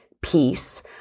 peace